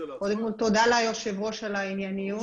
תודה ליושב ראש על הענייניות.